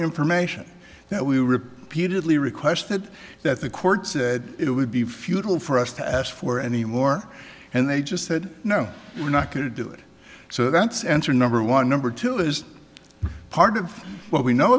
information that we repeatedly requested that the court said it would be futile for us to ask for any more and they just said no we're not going to do it so that's answer number one number two is part of what we know